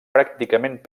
pràcticament